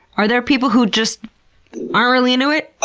are there people who just aren't really into it?